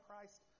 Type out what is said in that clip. christ